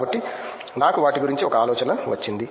కాబట్టి నాకు వాటి గురించి ఒక ఆలోచన వచ్చింది